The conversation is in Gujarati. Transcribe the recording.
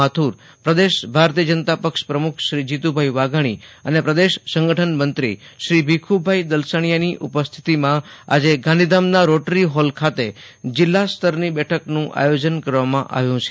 માથુરપ્રદેશ ભાજપ પ્રમુખ શ્રી જીતુભાઈ વાઘાણી અને પ્રદેશ સંગઠન મંત્રી શ્રી ભીખુભાઈ દલસાણીયાની ઉપસ્થિતિમાં આજે રોટરી હોલ ખાતે જિલ્લા સ્તરની બેઠકનું આયોજન કરવામાં આવ્યુ છે